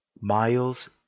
miles